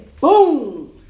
boom